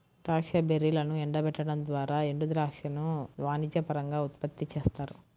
ద్రాక్ష బెర్రీలను ఎండబెట్టడం ద్వారా ఎండుద్రాక్షను వాణిజ్యపరంగా ఉత్పత్తి చేస్తారు